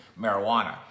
marijuana